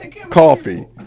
coffee